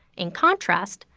in contrast,